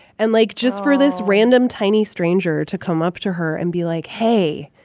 and, like, just for this random tiny stranger to come up to her and be like, hey,